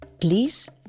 Please